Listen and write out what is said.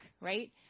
right